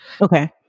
Okay